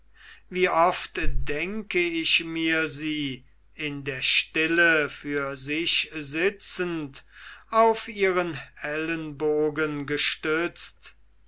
wie oft denke ich mir sie in der stille für sich sitzend auf ihren ellenbogen gestützt